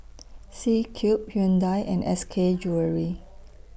C Cube Hyundai and S K Jewellery